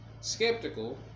skeptical